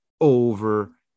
over